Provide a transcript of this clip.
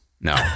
no